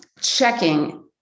checking